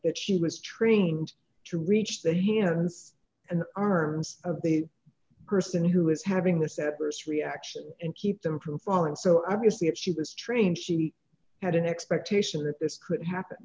that she was trained to reach that he opens an arms of the person who is having the steppers reaction and keep them from falling so obviously if she was trained she had an expectation that this could happen